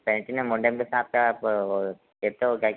Platina model के साथ और कैसे हो जायेंगे